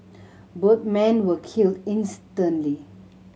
both men were killed instantly